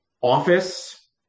office